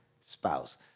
spouse